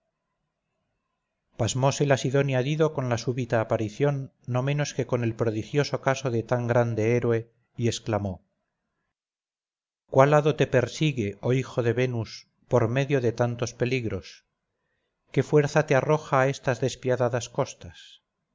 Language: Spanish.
la sidonia dido con la súbita aparición no menos que con el prodigioso caso de tan grande héroe y exclamó cuál hado te persigue oh hijo de venus por medio de tantos peligros qué fuerza te arroja a estas despiadadas costas